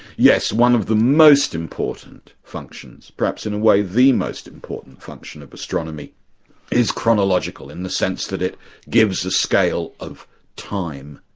yes, one of the most important functions, perhaps in a way the most important function of astronomy is chronological, in the sense that it gives a scale of time.